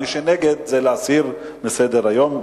מי שנגד, זה להסיר מסדר-היום.